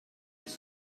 his